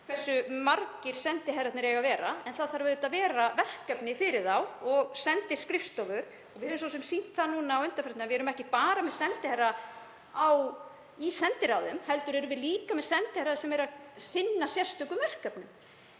hversu margir sendiherrarnir eiga að vera en það þurfa auðvitað að vera verkefni fyrir þá og sendiskrifstofur. Við höfum svo sem sýnt það að undanförnu að við erum ekki bara með sendiherra í sendiráðum heldur líka með sendiherra sem sinna sérstökum verkefnum.